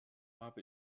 habe